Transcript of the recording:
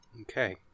Okay